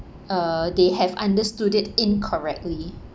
uh they have understood it incorrectly